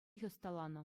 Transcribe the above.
ӑсталанӑ